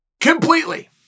Completely